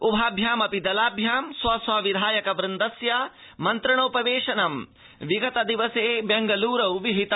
उभाभ्यामपि दलाभ्यां स्व स्व विधायक वृन्दस्य मन्त्रणोपवेशनं विगत दिवसे बेंगलूरौ विहितम्